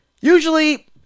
usually